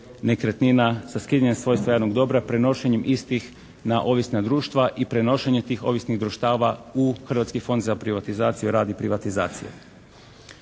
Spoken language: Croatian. nekretnina, sa skidanjem svojeg stvarnog dobra, prenošenjem istih na ovisna društva i prenošenje tih ovisnih društava u Hrvatski fond za privatizaciju, rad i privatizaciju.